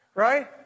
Right